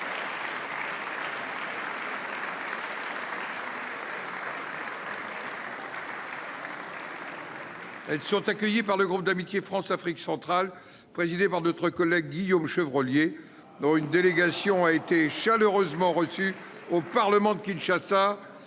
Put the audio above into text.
Elles sont accueillies par le groupe d’amitié France Afrique centrale, présidé par notre collègue Guillaume Chevrollier, dont une délégation a été chaleureusement reçue au Parlement de Kinshasa